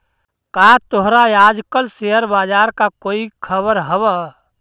का तोहरा आज कल शेयर बाजार का कोई खबर हवअ